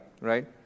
right